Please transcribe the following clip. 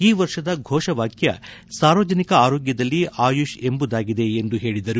ಈ ವರ್ಷದ ಘೋಷವಾಕ್ಯ ಸಾರ್ವಜನಿಕ ಆರೋಗ್ಭದಲ್ಲಿ ಆಯುಷ್ ಎಂಬುದಾಗಿದೆ ಎಂದು ಹೇಳಿದರು